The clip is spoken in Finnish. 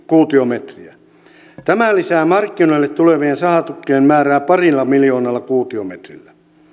kuutiometriä tämä lisää markkinoille tulevien sahatukkien määrää parilla miljoonalla kuutiometrillä